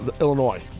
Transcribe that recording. Illinois